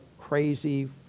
crazy